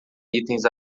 itens